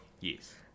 yes